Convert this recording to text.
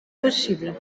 possible